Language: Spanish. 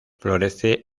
florece